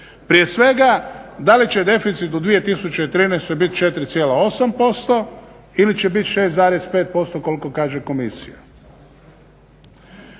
Prije svega da li će deficit u 2013. biti 4,8% ili će biti 6,5% koliko kaže Komisija?